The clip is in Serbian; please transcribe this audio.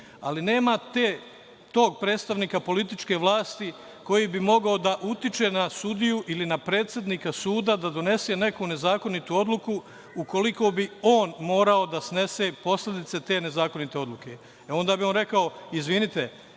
Ali, nema tog predstavnika političke vlasti koji bi mogao da utiče na sudiju ili na predsednika suda da donese neku nezakonitu odluku ukoliko bi on morao da snese posledice te nezakonite odluke. Onda bi on rekao, izvinete,